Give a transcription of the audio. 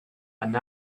and